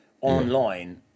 online